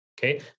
okay